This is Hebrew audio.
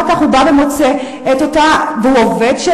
ואחר כך הוא בא ומוצא את אותה מציאות,